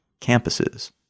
campuses